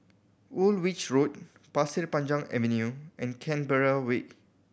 Woolwich Road Pasir Panjang Avenue and Canberra Way